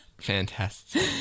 Fantastic